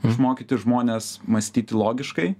išmokyti žmones mąstyti logiškai